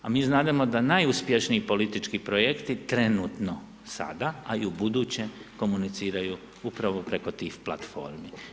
A mi znademo da najuspješniji politički projekti trenutno sada a i ubuduće komuniciraju upravo preko tih platformi.